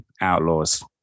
outlaws